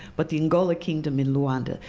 but the angola kingdom in luanda.